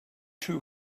too